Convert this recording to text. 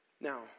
Now